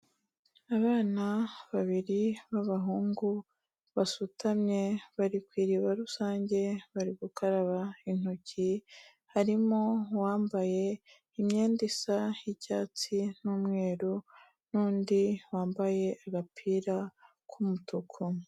Abana babiri b'abahungu basutamye bari kw'iriba rusange bari gukaraba intoki, harimo uwambaye imyenda isa y'icyatsi n'umweru, n'undi wambaye agapira k'umutuku.